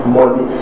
money